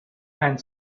and